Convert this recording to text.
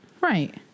right